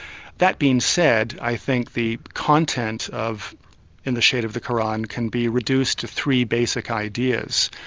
that being said, i think the content of in the shade of the qur'an can be reduced to three basic ideas,